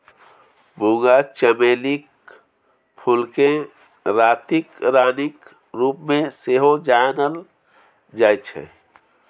मूंगा चमेलीक फूलकेँ रातिक रानीक रूपमे सेहो जानल जाइत छै